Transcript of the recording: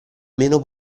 meno